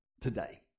today